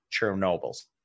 Chernobyl's